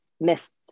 missed